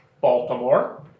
Baltimore